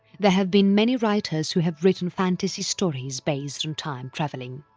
there have been many writers who have written fantasy stories based on time travelling.